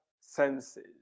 senses